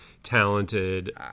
talented